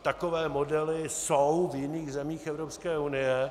Takové modely jsou v jiných zemích Evropské unie.